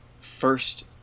first